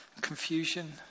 confusion